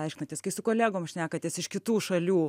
aiškinatės kai su kolegom šnekatės iš kitų šalių